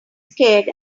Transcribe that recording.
scared